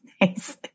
Nice